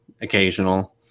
occasional